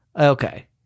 Okay